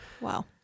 Wow